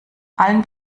allen